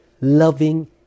loving